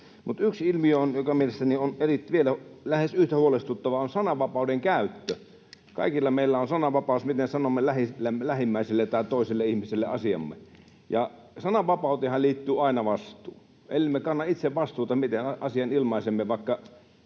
Yksi ilmiö, joka mielestäni on lähes yhtä huolestuttava, on sananvapauden käyttö. Kaikilla meillä on sananvapaus, miten sanomme lähimmäisille tai toisille ihmisille asiamme. Sananvapauteenhan liittyy aina vastuu. Ellemme kanna itse vastuuta, miten asian ilmaisemme vaikka